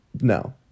No